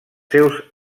seus